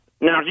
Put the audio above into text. Now